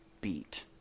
beat